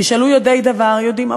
תשאלו יודעי דבר, הם יודעים.